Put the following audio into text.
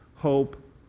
Hope